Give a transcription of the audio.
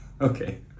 Okay